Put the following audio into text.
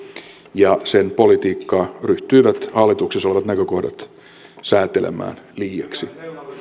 ja sen politiikkaa ryhtyivät hallituksessa olevat näkökohdat säätelemään liiaksi